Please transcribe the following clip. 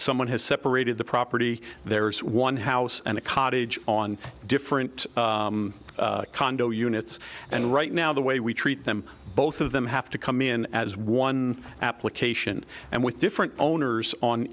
someone has separated the property there's one house and a cottage on different condo units and right now the way we treat them both of them have to come in as one application and with different owners on